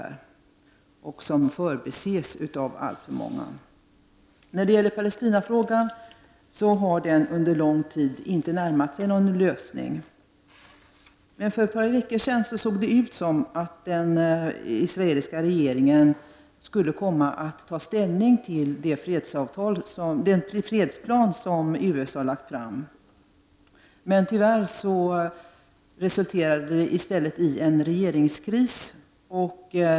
Den konflikten förbises av alltför många. Palestinafrågan har, trots att problemen funnits så länge, inte närmat sig någon lösning. Men för ett par veckor sedan såg det ut som om den israeliska regeringen skulle ta ställning till den fredsplan som USA lagt fram. Tyvärr resulterade det i stället i en regeringskris.